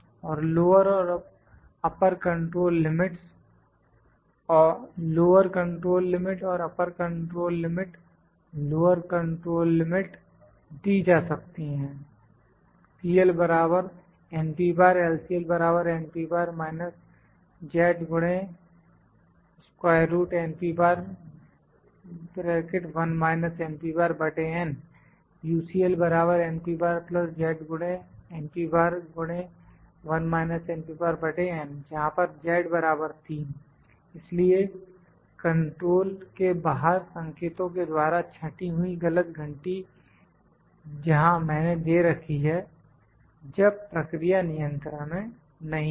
और लोअर और upper control limits lower control limit और upper control limit lower control limit दी जा सकती हैं CL LCL UCL जहां पर z 3 इसलिए कंट्रोल के बाहर संकेतों के द्वारा छँटी हुई गलत घंटी जहां मैंने दे रखी है जब प्रक्रिया नियंत्रण में नहीं है